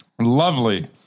lovely